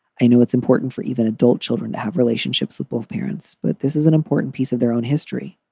i know it's important for even adult children to have relationships with both parents, but this is an important piece of their own history.